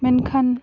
ᱢᱮᱱᱠᱷᱟᱱ